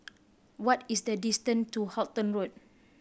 what is the distance to Halton Road